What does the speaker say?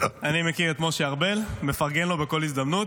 אני מכיר את משה ארבל, מפרגן לו בכל הזדמנות.